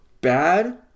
bad